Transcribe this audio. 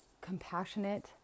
compassionate